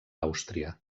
àustria